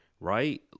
right